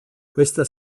questa